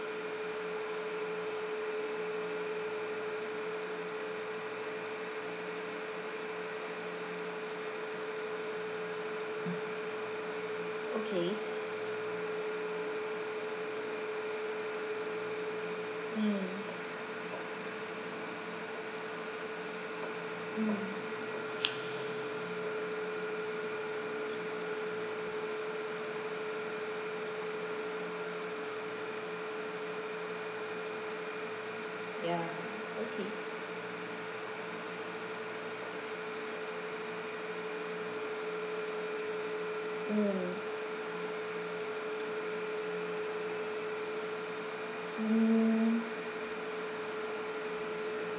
okay mm mm yeah okay mm mm